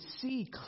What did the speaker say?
see